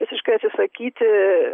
visiškai atsisakyti